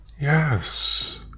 Yes